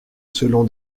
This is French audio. selon